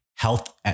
Health